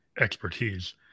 expertise